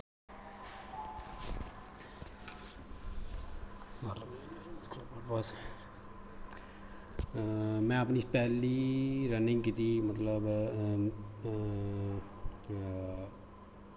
में अपनी रनिंग कीती मतलब हा